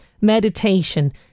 meditation